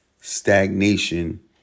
stagnation